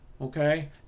Okay